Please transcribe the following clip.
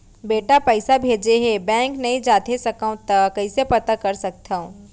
बेटा पइसा भेजे हे, बैंक नई जाथे सकंव त कइसे पता कर सकथव?